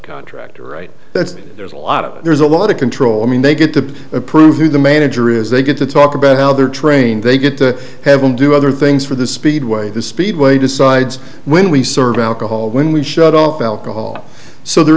contractor right that there's a lot of there's a lot of control i mean they get to approve who the manager is they get to talk about how they're trained they get to have them do other things for the speedway the speedway decides when we serve alcohol when we shut off alcohol so there